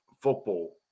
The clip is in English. football